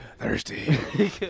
thirsty